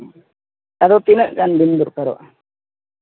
ᱟᱫᱚ ᱛᱤᱱᱟᱹᱜ ᱜᱟᱱ ᱵᱤᱱ ᱫᱚᱨᱠᱟᱨᱚᱜᱼᱟ